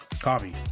Coffee